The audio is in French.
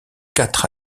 quatre